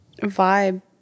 vibe